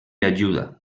ajuda